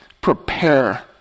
prepare